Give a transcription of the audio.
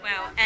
Wow